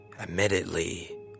Admittedly